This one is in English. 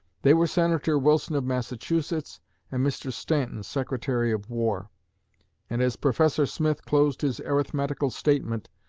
they were senator wilson of massachusetts and mr. stanton, secretary of war and, as professor smith closed his arithmetical statement,